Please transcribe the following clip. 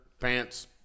pants